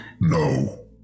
no